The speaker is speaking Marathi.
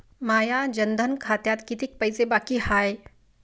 माया जनधन खात्यात कितीक पैसे बाकी हाय?